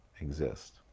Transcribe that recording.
exist